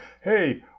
Hey